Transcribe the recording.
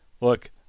look